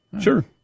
sure